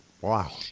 Wow